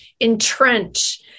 entrench